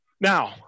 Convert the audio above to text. Now